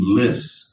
lists